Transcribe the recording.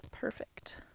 perfect